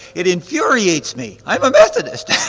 it infuriates me, i'm a methodist.